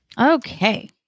Okay